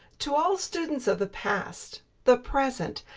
to all students of the past, the present,